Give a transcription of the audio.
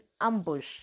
ambush